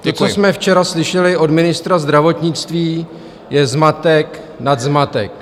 To, co jsme včera slyšeli od ministra zdravotnictví, je zmatek nad zmatek.